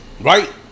right